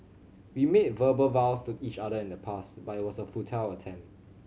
we made verbal vows to each other in the past but it was a futile attempt